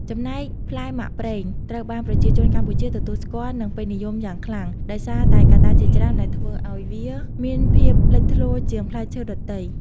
ចំណែក ផ្លែមាក់ប្រេងត្រូវបានប្រជាជនកម្ពុជាទទួលស្គាល់ និងពេញនិយមយ៉ាងខ្លាំង ដោយសារតែកត្តាជាច្រើនដែលធ្វើឲ្យវាមានភាពលេចធ្លោជាងផ្លែឈើដទៃ។